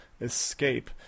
escape